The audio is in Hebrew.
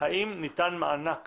האם ניתן מענק